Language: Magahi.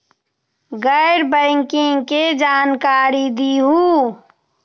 गैर बैंकिंग के जानकारी दिहूँ?